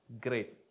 great